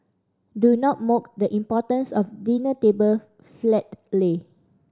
do not mock the importance of a dinner table flat lay